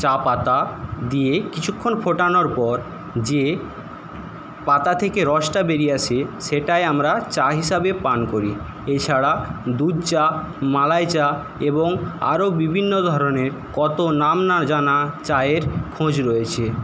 চা পাতা দিয়ে কিছুক্ষণ ফোটানোর পর যে পাতা থেকে রসটা বেরিয়ে আসে সেটাই আমরা চা হিসাবে পান করি এছাড়া দুধ চা মালাই চা এবং আরও বিভিন্ন ধরণের কত নাম না জানা চায়ের খোঁজ রয়েছে